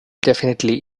definitely